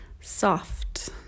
soft